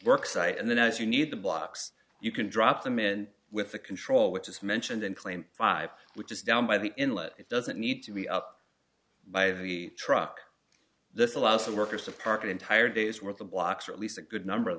work site and then if you need the blocks you can drop them in with the control which is mentioned in claim five which is down by the inlet it doesn't need to be up by the truck this allows the workers to park an entire day's worth of blocks or at least a good number of